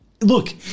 Look